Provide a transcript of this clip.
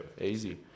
Easy